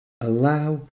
allow